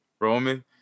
Roman